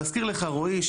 להזכיר לך רועי,